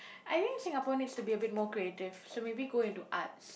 I think Singapore needs to be a bit more creative so maybe go in to arts